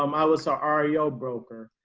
um i was ah ario broker.